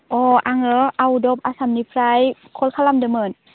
अ आङो out of आसामनिफ्राय कल खालामदोंमोन